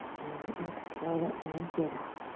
and exhale to empty it out.